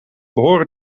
behoren